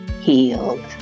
healed